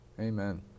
Amen